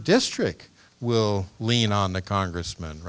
district will lean on the congressm